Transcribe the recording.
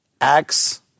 Acts